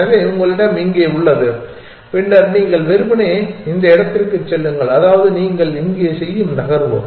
எனவே உங்களிடம் இங்கே உள்ளது பின்னர் நீங்கள் வெறுமனே இந்த இடத்திற்குச் செல்லுங்கள் அதாவது நீங்கள் இங்கே செய்யும் நகர்வு